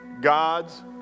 God's